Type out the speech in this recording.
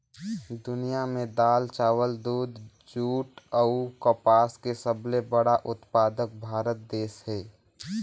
दुनिया में दाल, चावल, दूध, जूट अऊ कपास के सबले बड़ा उत्पादक भारत देश हे